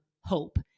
hope